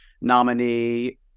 nominee